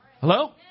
Hello